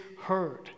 heard